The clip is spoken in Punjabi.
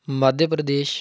ਮੱਧ ਪ੍ਰਦੇਸ਼